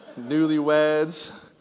newlyweds